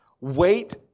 wait